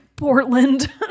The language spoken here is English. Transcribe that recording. Portland